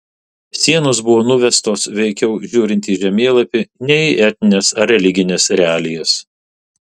sienos buvo nuvestos veikiau žiūrint į žemėlapį nei į etnines ar religines realijas